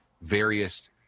various